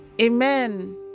Amen